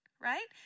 Right